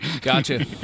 Gotcha